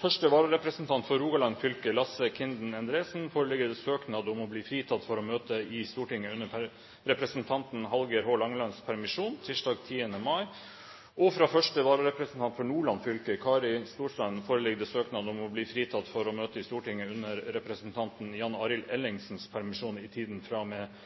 første vararepresentant for Rogaland fylke, Lasse Kinden Endresen, foreligger søknad om å bli fritatt for å møte i Stortinget under representanten Hallgeir H. Langelands permisjon tirsdag 10. mai, og fra første vararepresentant for Nordland fylke, Kari Storstrand, foreligger søknad om å bli fritatt for å møte i Stortinget under representanten Jan Arild Ellingsens permisjon i tiden fra og